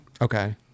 Okay